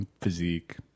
physique